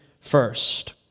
first